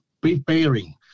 preparing